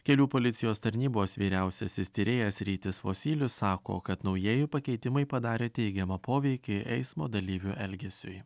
kelių policijos tarnybos vyriausiasis tyrėjas rytis vosylius sako kad naujieji pakeitimai padarė teigiamą poveikį eismo dalyvių elgesiui